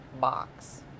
box